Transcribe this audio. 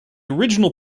original